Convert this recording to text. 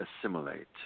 assimilate